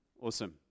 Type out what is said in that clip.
Awesome